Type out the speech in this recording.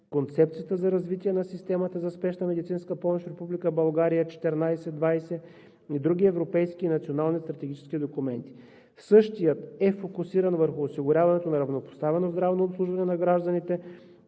Концепцията за развитие на системата за спешна медицинска помощ в Република България 2014 – 2020 г., и други европейски и национални стратегически документи. Същият е фокусиран върху осигуряване на равнопоставено здравно обслужване на гражданите,